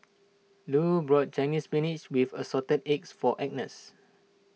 Lu bought Chinese Spinach with Assorted Eggs for Agnes